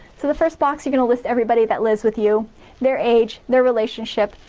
so the first box, you're gonna list everybody that lives with you their age, their relationship,